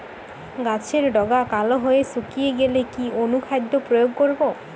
গাছের ডগা কালো হয়ে শুকিয়ে গেলে কি অনুখাদ্য প্রয়োগ করব?